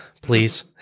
please